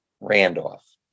Randolph